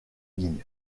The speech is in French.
ligne